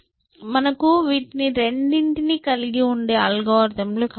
మనకు వీటిని రెండిటిని కలిగి ఉండే అల్గోరిథం లు కావాలి